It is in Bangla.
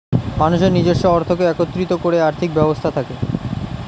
মানুষের নিজস্ব অর্থকে একত্রিত করে আর্থিক ব্যবস্থা থাকে